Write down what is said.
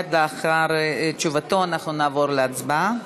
מייד לאחר תשובתו נעבור להצבעה.